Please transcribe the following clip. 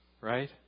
Right